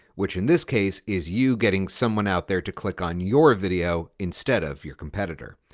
which, in this case, is you getting someone out there to click on your video instead of your competitor.